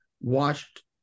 watched